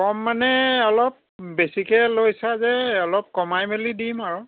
কম মানে অলপ বেছিকৈ লৈছা যে অলপ কমাই মেলি দিম আৰু